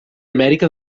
amèrica